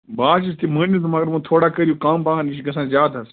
بہٕ حظ چھُس تِہ مٲنِتھ مگر وٕ تھوڑا کٔرِو کَم پہن یہِ چھِ گژھان زیادٕ حظ